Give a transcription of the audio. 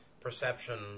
perception